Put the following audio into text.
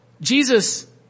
Jesus